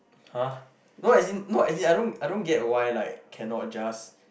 !huh! no as in not as in I don't I don't get why like cannot just